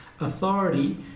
authority